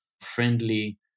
friendly